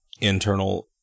internal